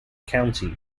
county